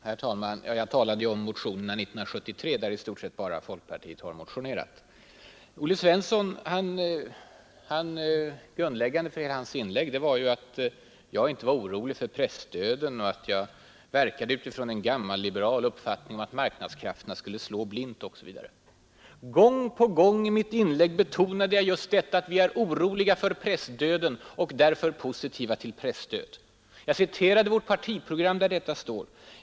Herr talman! Jag talade, herr Winberg, om 1973 års motioner. Och i år har i stort sett bara folkpartiet motionerat. Grundläggande för Olle Svenssons inlägg var att jag inte var orolig för pressdöden utan hade en gammalliberal uppfattning, att marknadskrafterna skulle slå blint, osv. Gång på gång i mitt inlägg betonade jag tvärtom att vi är oroliga för pressdöden och därför positiva till presstödet. Jag citerade ur vårt partiprogram där detta står.